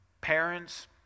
parents